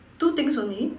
two things only